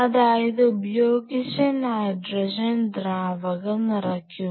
അതായത് ഉപയോഗിച്ച നൈട്രജൻ ദ്രാവകം നിറയ്ക്കുക